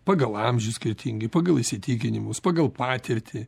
pagal amžių skirtingi pagal įsitikinimus pagal patirtį